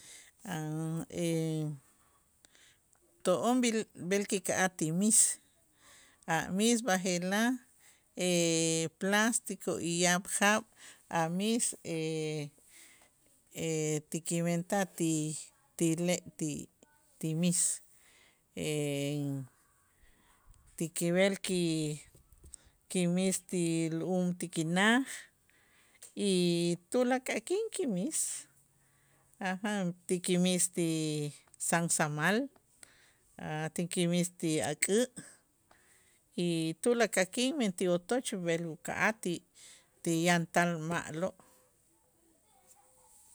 To'on b'il b'el kika'aj ti miis a' miis b'aje'laj plástico y yaab' jaab' a' miis ti kimentaj ti le' ti- ti miis ti kib'el ki- kimis ti lu'um ti kinaj y tulakal k'in kimis ti kimis ti sansamal a' ti ki mis ti ak'ä' y tulakal k'in men ti otoch b'el uka'aj ti- ti yantal ma'lo'.